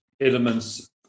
elements